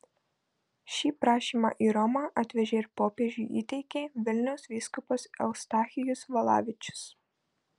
šį prašymą į romą atvežė ir popiežiui įteikė vilniaus vyskupas eustachijus valavičius